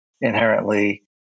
inherently